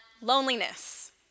loneliness